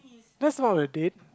that's not a date